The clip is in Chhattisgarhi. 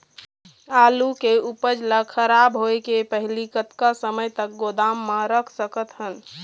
आलू के उपज ला खराब होय के पहली कतका समय तक गोदाम म रख सकत हन?